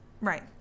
Right